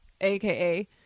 AKA